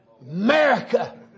America